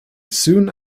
soon